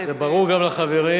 זה ברור גם לחברים.